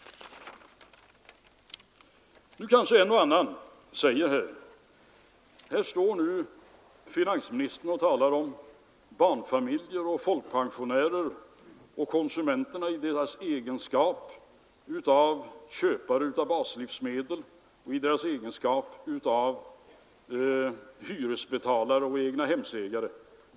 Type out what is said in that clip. Nu kanske en och annan säger: ”Här står nu finansministern och talar om barnfamiljer och folkpensionärer och om konsumenterna i deras egenskap av köpare av baslivsmedel, i deras egenskap av hyresbetalare och egnahemsägare.